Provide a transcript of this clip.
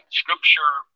scripture